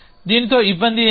దీనితో ఇబ్బంది ఏమిటి